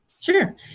Sure